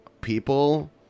people